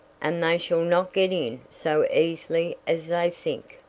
and they shall not get in so easily as they think.